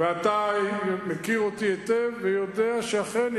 ואתה מכיר אותי היטב ויודע שאכן,